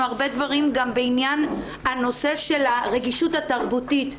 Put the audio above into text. הרבה דברים גם בעניין הנושא של הרגישות התרבותית,